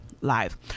live